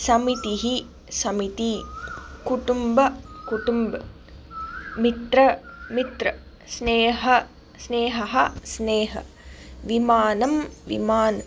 समितिः समिती कुटुम्बः कुटुम्ब् मित्र मित्र् स्नेह स्नेहः स्नेह् विमानं विमान्